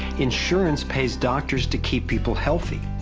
insurance pays doctors to keep people healthy.